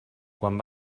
quan